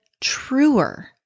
truer